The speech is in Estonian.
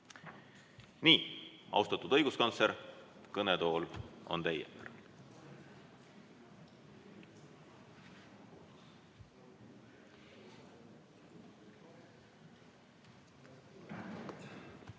Nii, austatud õiguskantsler, kõnetool on teie.